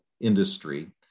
industry